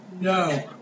no